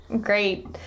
great